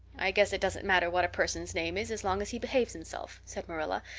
i guess it doesn't matter what a person's name is as long as he behaves himself, said marilla,